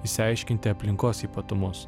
išsiaiškinti aplinkos ypatumus